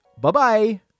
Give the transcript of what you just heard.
Bye-bye